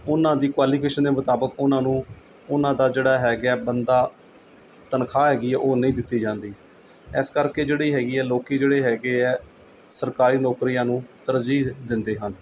ਉਹਨਾਂ ਦੀ ਕੁਆਲੀਫਿਕੇਸ਼ਨ ਦੇ ਮੁਤਾਬਿਕ ਉਹਨਾਂ ਨੂੰ ਉਹਨਾਂ ਦਾ ਜਿਹੜਾ ਹੈਗਾ ਬਣਦਾ ਤਨਖਾਹ ਹੈਗੀ ਹੈ ਉਹ ਨਹੀਂ ਦਿੱਤੀ ਜਾਂਦੀ ਇਸ ਕਰਕੇ ਜਿਹੜੀ ਹੈਗੀ ਹੈ ਲੋਕ ਜਿਹੜੇ ਹੈਗੇ ਹੈ ਸਰਕਾਰੀ ਨੌਕਰੀਆਂ ਨੂੰ ਤਰਜੀਹ ਦਿੰਦੇ ਹਨ